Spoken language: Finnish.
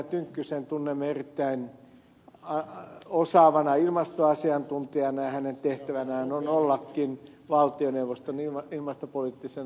tynkkysen tunnemme erittäin osaavana ilmastoasiantuntijana ja hänen tehtävänään on ollakin valtioneuvoston ilmastopoliittisena asiantuntijana